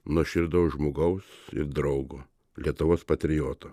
nuoširdaus žmogaus ir draugo lietuvos patrioto